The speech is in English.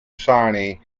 shiny